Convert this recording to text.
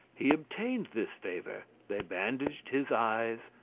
he obtained this favour they bandaged his eyes,